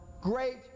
great